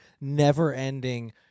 never-ending